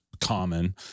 common